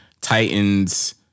Titans